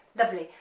lovely,